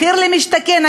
מחיר למשתכן,